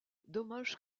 dommage